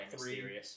three